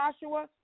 Joshua